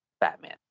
Batman